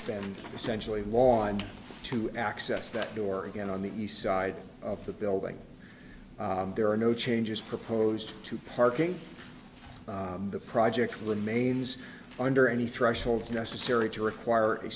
offend essentially lawn to access that door again on the east side of the building there are no changes proposed to parking the project remains under any thresholds necessary to require a